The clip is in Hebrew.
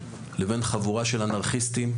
לבין חבורה של אנרכיסטים,